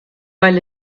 weil